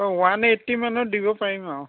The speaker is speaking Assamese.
ওৱান এইটি মানত দিব পাৰিম আৰু